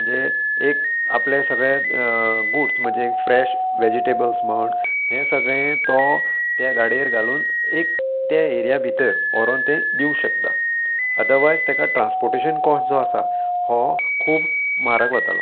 म्हणजे एक आपले सगळे गुड्स म्हणजे फ्रेश वेजीटेबल्स म्हण हें सगळे तो त्या गाडयेर घालून एक ते एरिया भितर व्होरोन तें दिवूंक शकता अदरवायज तेका ट्रांसपोटेशन कॉस्ट जो आसा हो खूब म्हारग वतालो